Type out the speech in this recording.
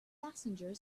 passenger